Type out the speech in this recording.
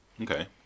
Okay